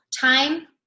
time